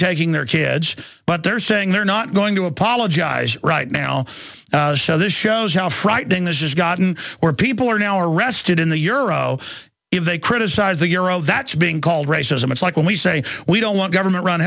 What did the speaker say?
taking their kids but they're saying they're not going to apologize right now so this shows how frightening this has gotten or people are now arrested in the euro if they criticize the euro that's being called racism it's like when we say we don't want government run